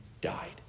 died